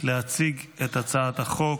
להציג את הצעת החוק.